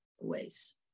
ways